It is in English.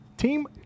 Team